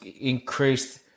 increased